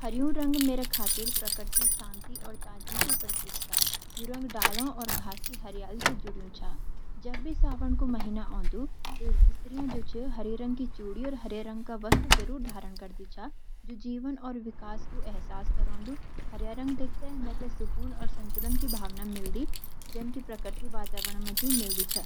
ह्र्युं रंग मेरा खातिर प्रकृति शांति और तजगी कु प्रतीक छ। यू रंग डालों और घास की हरियाली सी जुड्युं छा। जब भी सावन कु महीना आऊं दु छ स्त्रियां हरे रंग की चुड़ी और हरे वस्त्र जरूर धारण करदी छ, जु जीवन और विकास कु एहसास क्रोंडु। हरिया रंग दिखिते मेते सुकुन और संतुलन की भावना मिलदी, जन की प्रकृति वातावरण म मिलदी छ।